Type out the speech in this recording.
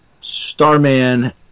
Starman